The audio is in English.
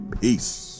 Peace